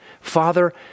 Father